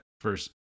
first